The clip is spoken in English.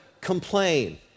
complain